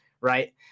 right